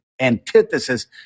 antithesis